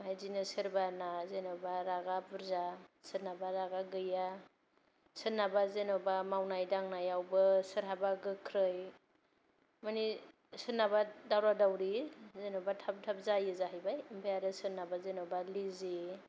बेबादिनो सोरबाना जेन'बा रागा बुर्जा सोरनाबा रागा गैया सोरनाबा जेन'बा मावनाय दांनायाव बो सोरहाबा गोख्रै मानि सोरनाबा दावरा दावरि जेन'बा थाब थाब जायो जाहैबाय ओमफाय आरो सोरनाबा जेन'बा लेजि